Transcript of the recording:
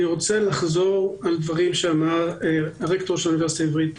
אני רוצה לחזור על דברי רקטור האוניברסיטה העברית,